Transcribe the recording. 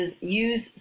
use